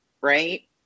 right